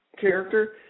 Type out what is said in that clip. character